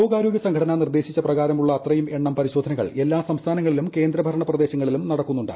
ലോകാരോഗ്യ സംഘടന നിർദ്ദേശിച്ച പ്രകാരമുള്ള അത്രയും എണ്ണം പരിശോധനകൾ എല്ലാ സംസ്ഥാനങ്ങളിലും കേന്ദ്രഭരണ പ്രദേശങ്ങളിലും നടക്കുന്നുണ്ട്